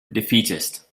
defeatist